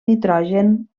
nitrogen